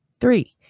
three